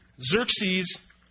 Xerxes